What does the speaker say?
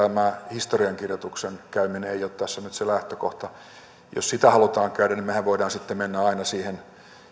historiankirjoituksen käyminen ei ole tässä nyt se lähtökohta jos sitä halutaan käydä mehän voimme sitten mennä aina siihen